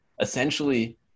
Essentially